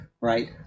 right